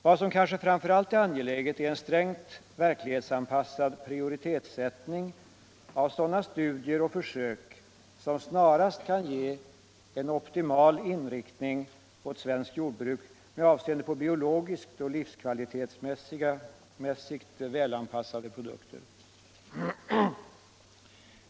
Vad som kanske framför allt är angeläget är en strängt verklighetsanpassad prioritetssättning av sådana studier och försök som snarast kan ge optimal inriktning åt svenskt jordbruk med avseende på biologiskt och livskvalitetsmässigt välanpassade produkter.